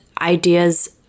ideas